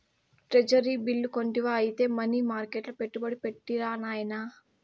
treasury bill కొంటివా ఐతే money మర్కెట్ల పెట్టుబడి పెట్టిరా నాయనా